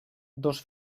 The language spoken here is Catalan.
dos